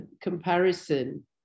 comparison